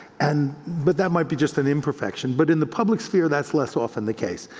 and but that might be just an imperfection, but in the public sphere, that's less often the case,